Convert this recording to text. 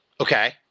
Okay